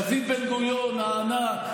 דוד בן-גוריון הענק,